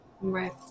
Right